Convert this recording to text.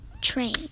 train